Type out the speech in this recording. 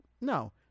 no